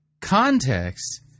context